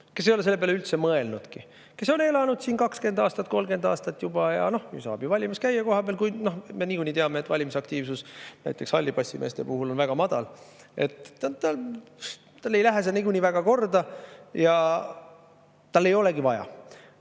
kes ei ole selle peale üldse mõelnudki, kes on elanud siin juba 20 aastat või 30 aastat. Nad saavad ju valimas käia kohapeal, kuid me niikuinii teame, et valimisaktiivsus näiteks hallipassimeeste puhul on väga madal. Neile ei lähe see niikuinii väga korda ja neil ei olegi vaja.